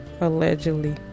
allegedly